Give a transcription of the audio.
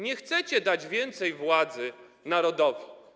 Nie chcecie dać więcej władzy narodowi.